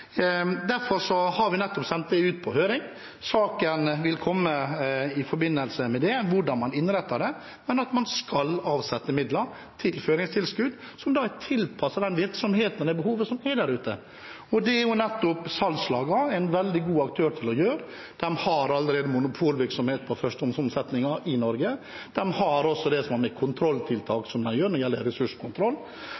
Derfor har vi nettopp sendt det ut på høring. Hvordan man innretter det, vil komme i forbindelse med saken, men man skal avsette midler til føringstilskudd som er tilpasset den virksomheten og det behovet som er der ute, og det er nettopp salgslagene en veldig god aktør til å gjøre. De har allerede monopolvirksomhet på førstehåndsomsetningen i Norge, og de har også det som har med kontrolltiltak